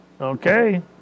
Okay